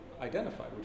identified